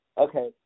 Okay